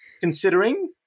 considering